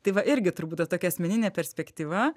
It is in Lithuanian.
tai va irgi turbūt ta tokia asmeninė perspektyva